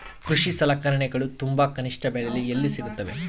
ಕೃಷಿ ಸಲಕರಣಿಗಳು ತುಂಬಾ ಕನಿಷ್ಠ ಬೆಲೆಯಲ್ಲಿ ಎಲ್ಲಿ ಸಿಗುತ್ತವೆ?